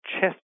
chest